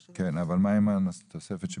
כן, אבל מה עם התוספת שביקשנו?